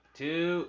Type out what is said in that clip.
two